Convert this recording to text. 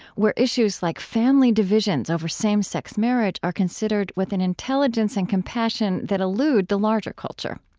where issues like family divisions over same-sex marriage are considered with an intelligence and compassion that elude the larger culture.